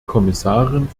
kommissarin